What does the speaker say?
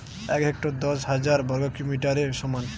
এক হেক্টর দশ হাজার বর্গমিটারের সমান